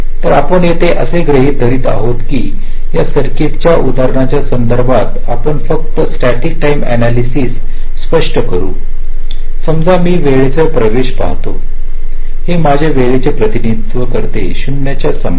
तर आपण येथे असे गृहित धरत आहोत या सर्किट च्या उदाहरणाच्या संदर्भात आपण फक्त स्टॅटिक टाईम अनालयसिस स्पष्ट करू समजा मी वेळेचा प्रवेश पाहतो हे माझे वेळेचे प्रतिनिधित्व करते 0 च्या समान